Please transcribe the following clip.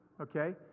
okay